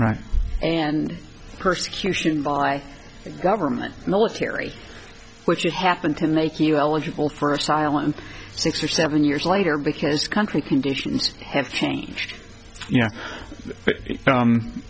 and persecution by government military which you happen to make you eligible for a silent six or seven years later because country conditions have changed you know